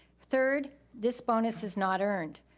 third, this bonus is not earned.